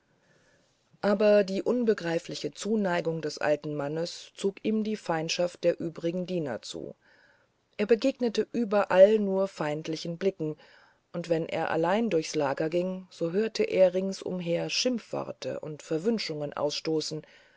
aber die unbegreifliche zuneigung des alten mannes zog ihm die feindschaft der übrigen diener zu er begegnete überall nur feindlichen blicken und wenn er allein durchs lager ging so hörte er ringsumher schimpfworte und verwünschungen ausstoßen